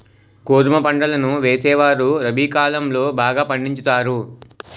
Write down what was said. గోధుమ పంటలను వేసేవారు రబి కాలం లో బాగా పండించుతారు